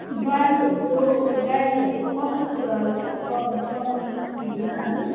गाडीहरूको गाडीहरूको कस्तो प्रब्लम छ छैन है